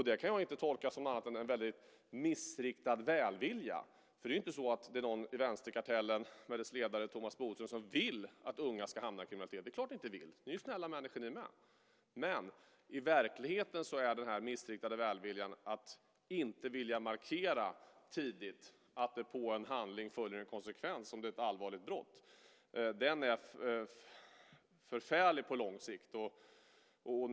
Det kan jag inte tolka som annat än en väldigt missriktad välvilja. Det är ju inte så att någon i vänsterkartellen med dess ledare Thomas Bodström vill att ungdomarna ska hamna i kriminalitet. Det är klart att ni inte vill det. Också ni är ju snälla människor. Men i verkligheten är den här missriktade välviljan, alltså att inte tidigt vilja markera att det på en handling följer en konsekvens om det är ett allvarligt brott, på lång sikt förfärlig.